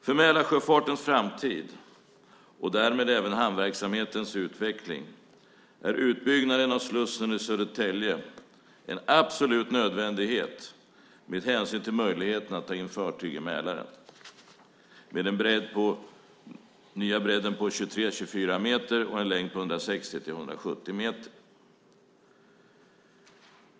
För Mälarsjöfartens framtid och därmed även hamnverksamhetens utveckling är utbyggnaden av slussen i Södertälje en absolut nödvändighet med hänsyn till möjligheten att ta in fartyg i Mälaren med den nya bredden på 23-24 meter och en längd på 160-170 meter.